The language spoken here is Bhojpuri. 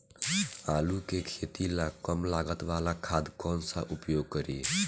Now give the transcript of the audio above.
आलू के खेती ला कम लागत वाला खाद कौन सा उपयोग करी?